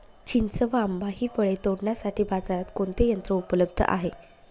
चिंच व आंबा हि फळे तोडण्यासाठी बाजारात कोणते यंत्र उपलब्ध आहे?